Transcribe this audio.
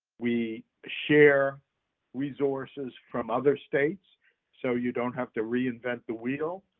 we share resources from other states so you don't have to reinvent the wheel,